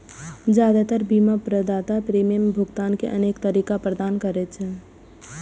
जादेतर बीमा प्रदाता प्रीमियम भुगतान के अनेक तरीका प्रदान करै छै